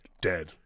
dead